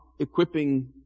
equipping